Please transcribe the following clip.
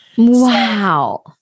wow